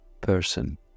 person